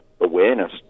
awareness